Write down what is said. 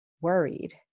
worried